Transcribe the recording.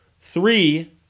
Three